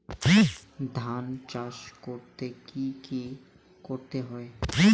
ধান চাষ করতে কি কি করতে হয়?